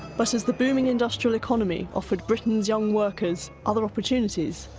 but as the booming industrial economy offered britain's young workers other opportunities,